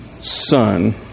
son